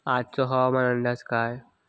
आजचो हवामान अंदाज काय आसा?